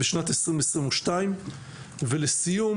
בשנת 2022. ולסיום,